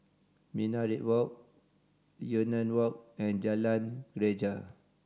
Minaret Walk Yunnan Walk and Jalan Greja